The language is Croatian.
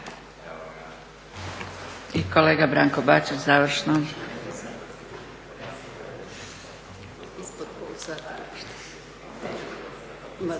Kolega Branko Bačić, završno.